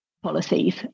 Policies